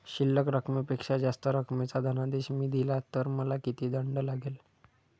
शिल्लक रकमेपेक्षा जास्त रकमेचा धनादेश मी दिला तर मला किती दंड लागेल?